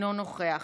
אינו נוכח.